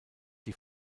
die